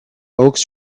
oaks